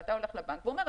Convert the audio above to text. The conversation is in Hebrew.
ואתה הולך לבנק והוא אומר,